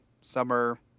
summer